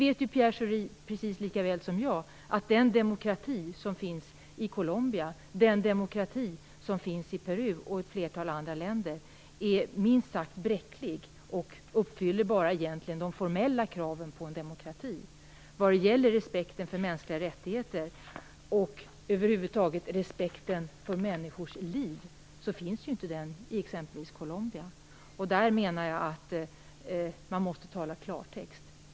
Men Pierre Schori vet ju precis lika väl som jag att den demokrati som finns i Colombia, i Peru och i ett flertal andra länder är minst sagt bräcklig och uppfyller egentligen bara de formella kraven på en demokrati. Respekt för mänskliga rättigheter och över huvud taget för människors liv finns ju inte i exempelvis Colombia. Jag menar att man måste tala klartext.